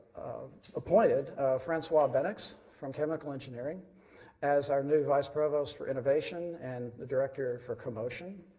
appointed francois baneyx from chemical engineering as our new vice provost for innovation and director for comotion.